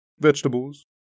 vegetables